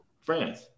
France